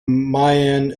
mayan